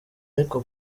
ariko